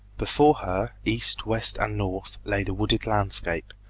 before her, east, west, and north, lay the wooded landscape,